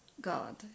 God